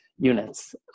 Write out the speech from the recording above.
units